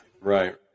right